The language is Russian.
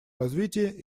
развития